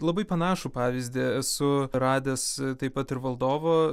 labai panašų pavyzdį esu radęs taip pat ir valdovo